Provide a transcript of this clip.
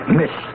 miss